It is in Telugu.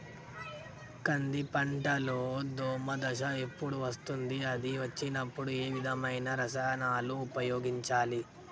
కంది పంటలో దోమ దశ ఎప్పుడు వస్తుంది అది వచ్చినప్పుడు ఏ విధమైన రసాయనాలు ఉపయోగించాలి?